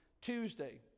Tuesday